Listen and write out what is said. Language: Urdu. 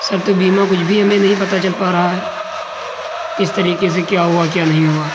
سر تو بیمہ کچھ بھی ہمیں نہیں پتہ چل پا رہا ہے کس طریقے سے کیا ہوا کیا نہیں ہوا